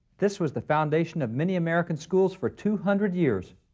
this was the foundation of many american schools for two hundred years.